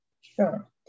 Sure